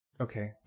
okay